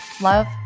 love